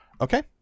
Okay